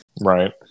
right